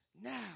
now